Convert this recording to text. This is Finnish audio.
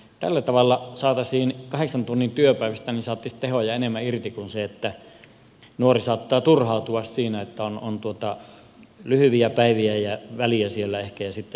tällä tavalla saataisiin kahdeksan tunnin työpäivästä tehoja enemmän irti koska nuori saattaa turhautua siinä että on lyhyitä päiviä ja ehkä väliä siellä ja sitten jotakin välissä